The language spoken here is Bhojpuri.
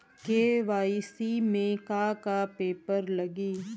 के.वाइ.सी में का का पेपर लगी?